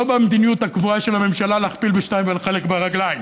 לא במדיניות הקבועה של הממשלה להכפיל בשתיים ולחלק ברגליים,